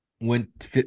went